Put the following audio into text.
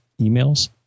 emails